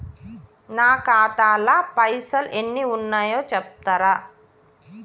నా ఖాతా లా పైసల్ ఎన్ని ఉన్నాయో చెప్తరా?